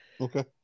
Okay